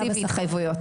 לגבש.